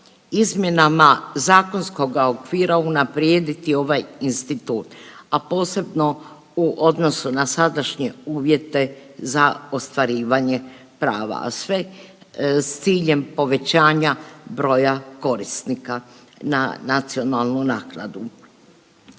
izmjenama zakonskoga okvira unaprijediti ovaj institut, a posebno u odnosu na sadašnje uvjete za ostvarivanje prava, a sve s ciljem povećanja broja korisnika na nacionalnu naknadu.